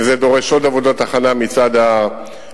וזה דורש עוד עבודות הכנה מצד היזמים.